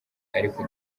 ariko